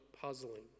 puzzling